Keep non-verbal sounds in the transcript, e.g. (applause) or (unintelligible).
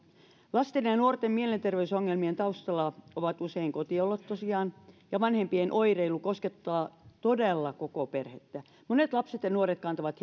lasten ja nuorten mielenterveysongelmien taustalla ovat usein kotiolot tosiaan ja vanhempien oireilu koskettaa todella koko perhettä monet lapset ja nuoret kantavat (unintelligible)